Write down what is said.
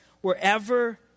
wherever